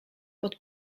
pod